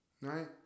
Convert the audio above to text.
right